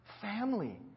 Family